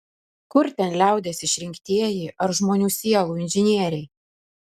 kur ten liaudies išrinktieji ar žmonių sielų inžinieriai